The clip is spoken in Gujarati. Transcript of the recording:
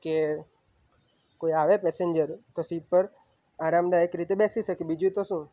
કે કોઈ આવે પેસેન્જર તો સીટ પર આરામદાયક રીતે બેસી શકે બીજું તો શું